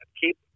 keep